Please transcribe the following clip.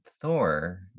Thor